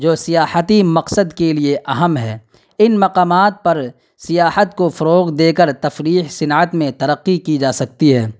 جو سیاحتی مقصد کے لیے اہم ہے ان مقامات پر سیاحت کو فروغ دے کر تفریح صنعت میں ترقی کی جا سکتی ہے